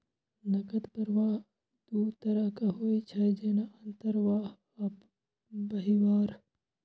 नकद प्रवाह दू तरहक होइ छै, जेना अंतर्वाह आ बहिर्वाह